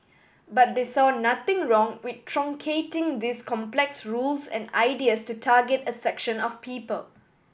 but they saw nothing wrong with truncating these complex rules and ideas to target a section of people